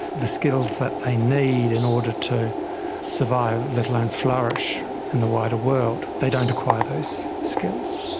the skills that they need in order to survive, let alone flourish in the wider world, they don't acquire those skills.